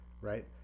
right